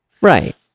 Right